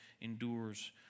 endures